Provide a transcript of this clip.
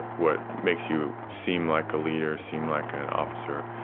what makes you seem like a leader, seem like an officer.